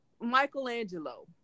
Michelangelo